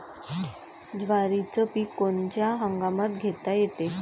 जवारीचं पीक कोनच्या हंगामात घेता येते?